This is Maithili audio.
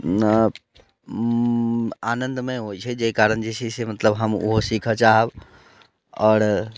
आनन्दमय होइ छै जाहि कारण जे छै से मतलब हम ओहो सीखऽ चाहब आओर